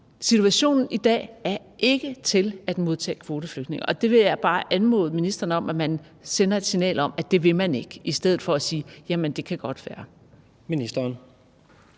Situationen i dag er ikke til at modtage kvoteflygtninge, og det vil jeg bare anmode ministeren om at man sender et signal om at man ikke vil, i stedet for at man siger, at det godt kan være.